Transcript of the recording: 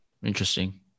Interesting